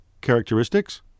characteristics